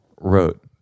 wrote